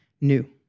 new